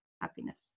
happiness